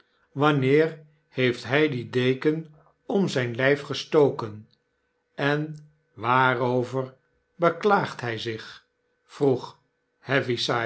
wanneer heeft hij die deken om zijn lijf gestoken en waarover beklaagt hij zich vroeg